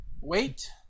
Wait